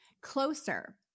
Closer